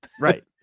Right